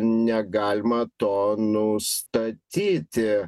negalima to nustatyti